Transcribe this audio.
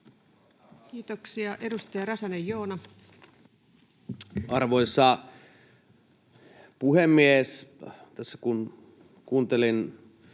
Kiitoksia. — Edustaja Räsänen, Joona. Arvoisa puhemies! Tässä kun kuuntelin